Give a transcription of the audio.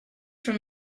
from